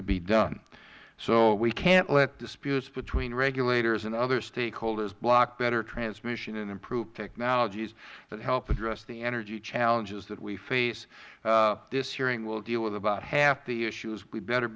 to be done so we can't let disputes between regulators and other stakeholders block better transmission and improve technologies that help address the energy challenges that we face this hearing will deal with about half the issues we had better